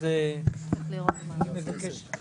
אני לא החבר הוותיק ביותר